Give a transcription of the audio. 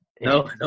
no